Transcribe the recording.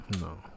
No